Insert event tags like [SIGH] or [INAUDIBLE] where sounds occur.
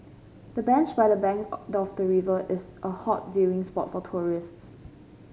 the bench by the bank [UNINTELLIGIBLE] of the river is a hot viewing spot for tourists